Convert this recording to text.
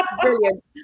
brilliant